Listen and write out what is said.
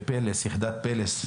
ליחידת פלס,